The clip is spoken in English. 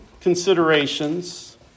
considerations